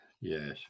Yes